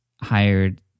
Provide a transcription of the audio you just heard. hired